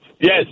Yes